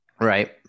Right